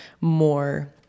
more